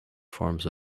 forms